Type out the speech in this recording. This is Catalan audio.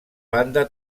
banda